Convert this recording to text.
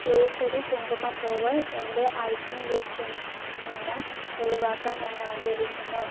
കേസരി കുങ്കുമപ്പൂവ് എന്റെ ഐറ്റം ലിസ്റ്റിൽ നിന്ന് ഒഴിവാക്കാൻ ഞാനാഗ്രഹിക്കുന്നു